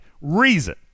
reason